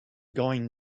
going